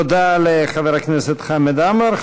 תודה לחבר הכנסת חמד עמאר.